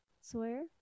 Sawyer